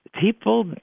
People